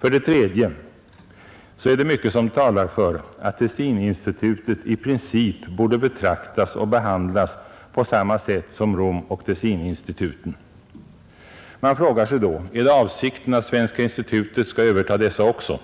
För det tredje är mycket som talar för att Tessininstitutet i princip borde betraktas och behandlas på samma sätt som Romoch Atheninstituten. Man frågar sig då: Är det avsikten att Svenska institutet skall överta också dessa?